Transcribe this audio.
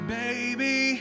baby